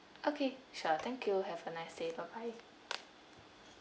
okay sure thank you have a nice day bye bye